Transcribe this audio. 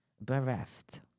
Bereft